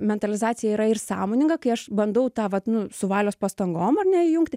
mentalizacija yra ir sąmoninga kai aš bandau tą vat nu su valios pastangom ar ne įjungti